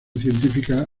científica